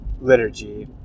Liturgy